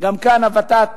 גם כאן הות"ת.